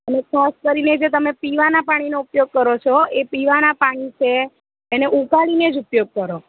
અને ખાસ કરીને જે તમે પીવાનાં પાણીનો ઉપયોગ કરો છો એ પીવાનાં પાણી છે એને ઉકાળીને જ ઉપયોગ કરો